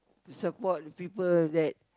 to support people that